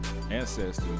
ancestors